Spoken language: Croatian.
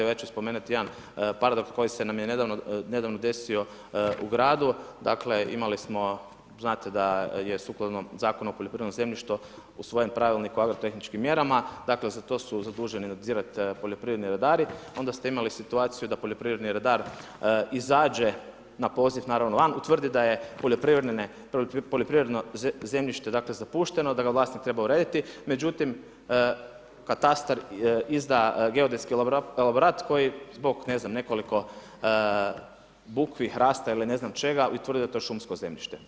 Evo ja ću spomenuti jedan paradoks koji nam se nedavno desio u gradu, dakle imali smo, znate da je sukladno Zakonu o poljoprivrednom zemljištu usvojen pravilnik o agrotehničkim mjerama, dakle za to su zaduženi nadzirati poljoprivredni redari onda ste imali situaciju da poljoprivredni redar izađe na poziv van, utvrdi da je poljoprivredno zapušteno, da ga vlasnik treba urediti, međutim katastar izda geodetski elaborat koji zbog nekoliko bukvi, hrasta ili ne znam čega, utvrdi da je to šumsko zemljište.